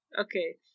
Okay